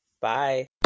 Bye